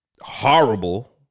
Horrible